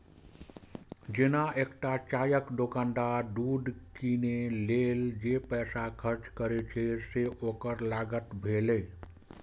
जेना एकटा चायक दोकानदार दूध कीनै लेल जे पैसा खर्च करै छै, से ओकर लागत भेलै